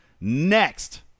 next